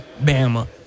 Bama